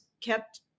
kept